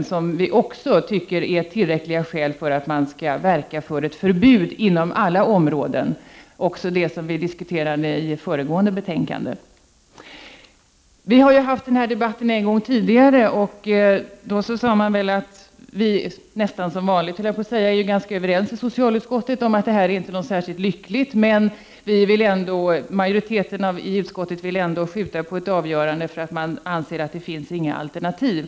Vi anser att också dessa problem ger tillräckliga skäl för att man skall verka för ett förbud av kvicksilver inom alla områden, även i fråga om de områden vi diskuterade i debatten om föregående betänkande. Vi har haft denna debatt en gång tidigare. Det framkom då — nästan som 7n vanligt, höll jag på att säga — att vi är överens i socialutskottet om att den nuvarande situationen inte är särskilt lycklig, men att utskottsmajoriteten ändå ville skjuta på ett avgörande eftersom man anser att det inte finns några alternativ.